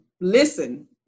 listen